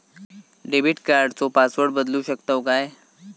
Debit कार्डचो password बदलु शकतव काय?